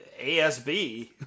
ASB